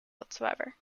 whatever